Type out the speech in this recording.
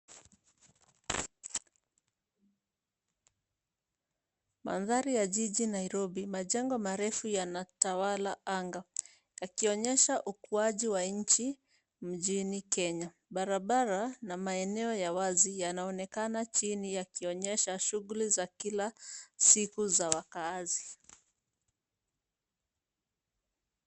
Mandhari ya jiji Nairobi, majengo marefu yanatawala anga yakionyesha ukuaji wa nchi mjini Kenya. Barabara na maeneo ya wazi yanaonekana chini yakionyesha shughuli za kila siku za wakaazi.